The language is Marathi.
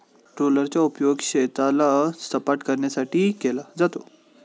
रोलरचा उपयोग शेताला सपाटकरण्यासाठी केला जातो